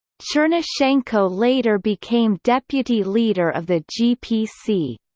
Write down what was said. chernushenko later became deputy leader of the gpc.